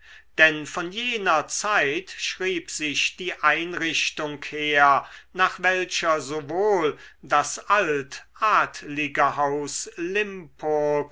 denn von jener zeit schrieb sich die einrichtung her nach welcher sowohl das altadlige haus limpurg